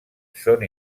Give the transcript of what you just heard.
són